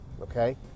Okay